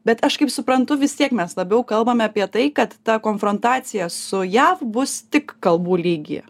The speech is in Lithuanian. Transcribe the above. bet aš kaip suprantu vis tiek mes labiau kalbame apie tai kad ta konfrontacija su jav bus tik kalbų lygyje